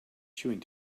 chewing